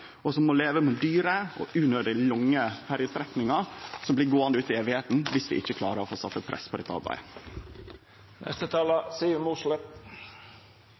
og som må leve med dyre og unødig lange ferjestrekningar som blir gåande ut i æva viss vi ikkje klarer å få sett eit press på dette